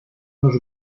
nos